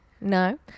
no